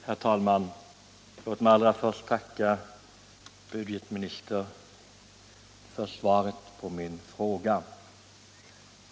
Herr talman! Låt mig allra först tacka budgetministern för svaret på min fråga.